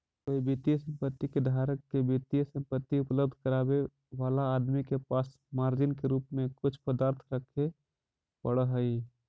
कोई वित्तीय संपत्ति के धारक के वित्तीय संपत्ति उपलब्ध करावे वाला आदमी के पास मार्जिन के रूप में कुछ पदार्थ रखे पड़ऽ हई